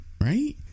right